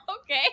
Okay